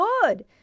good